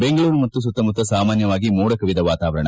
ಬೆಂಗಳೂರು ಮತ್ತು ಸುತ್ತಮುತ್ತ ಸಾಮಾನ್ವವಾಗಿ ಮೋಡ ಕವಿದ ವಾತಾವರಣ